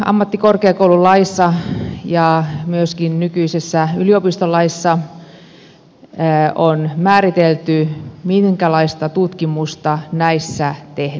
nykyammattikorkeakoululaissa ja myöskin nykyisessä yliopistolaissa on määritelty minkälaista tutkimusta näissä tehdään